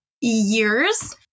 years